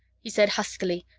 he said huskily,